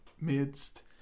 midst